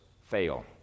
fail